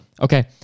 okay